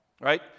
right